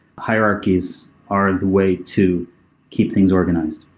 hierarchies are the way to keep things organized.